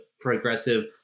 progressive